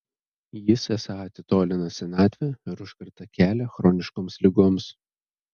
jis esą atitolina senatvę ir užkerta kelią chroniškoms ligoms